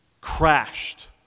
crashed